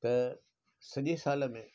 त सॼे साल में